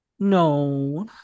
No